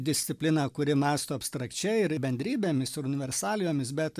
discipliną kuri mąsto abstrakčiai ir bendrybėmis ir universalijomis bet